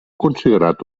considerat